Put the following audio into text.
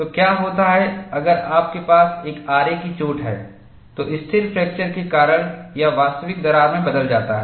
तो क्या होता है अगर आपके पास एक आरे की चोट है तो स्थिर फ्रैक्चर के कारण यह वास्तविक दरार में बदल जाता है